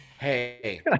hey